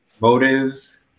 motives